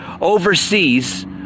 overseas